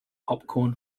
popcorn